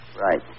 Right